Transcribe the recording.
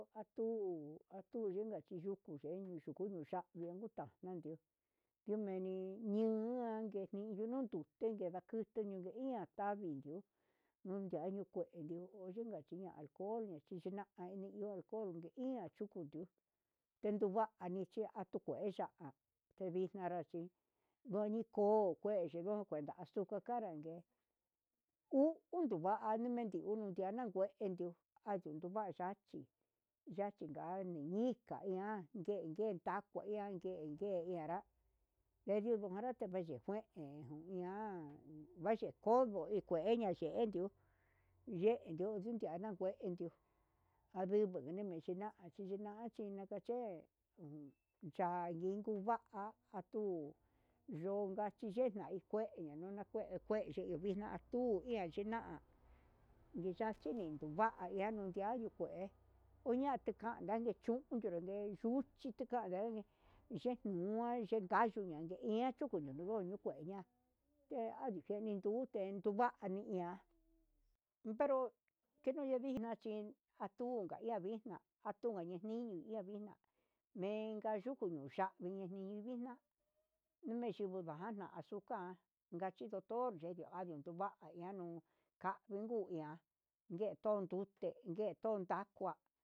Atu atu yika chiyuku yen yuku niya'a yenuu kandio yuneni ñu'u ndake yinunu tu tenduke naku tudunu ihá tandio nuya'a nuu kueyu oyunka nukuio o ian yuku yuu, tetunvani chia anu kueya evixnanra chí ndoni ko'o kue chi cuenta azuca kanrague, hu hundeva'a nenetio anrana'a kuendio anunu va'a yachí yachi nga nika ian nguen ngue na kuian ngue nguen ngue ian nakuvanrache ihan vaye kodo kue ña'a yendio yendio nukana kué undio andinu yuve'e xhinua achininachi nakaché, he kunandi ndituvaka kuu yonka chiesna yikue a nakuu kué ndioux vixna kuu yuchina'a nindu va'a iha kunda andio kué huati kani ndande yunduru uñe yuu cuchi tanden inye nua yundekaduya inde ian kuyu nukue keña'a andunu kueni kun tenduvani iha, pero kenuña ndixna chí atuu yavixna atu yaniño ya vixna menka yuku nuñavixne nii vixna neyuku nukava'a na azucar kaxhi doctor ka niunguia nguetun ndute nguetun ndakua.